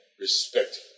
respect